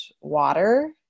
water